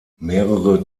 mehrere